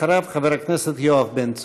אחריו, חבר הכנסת יואב בן צור.